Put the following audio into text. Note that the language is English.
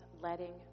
letting